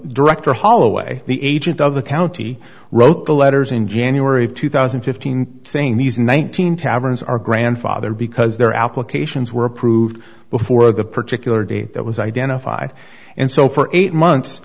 director holloway the agent of the county wrote the letters in january of two thousand and fifteen saying these in one thousand taverns are grandfather because their applications were approved before the particular date that was identified and so for eight months